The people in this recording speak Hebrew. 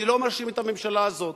אני לא מאשים את הממשלה הזאת.